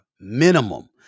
minimum